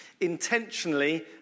intentionally